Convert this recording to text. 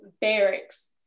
barracks